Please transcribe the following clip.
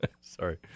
Sorry